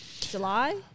July